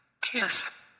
kiss